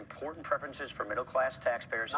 important preferences for middle class taxpayers